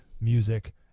music